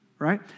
right